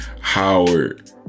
Howard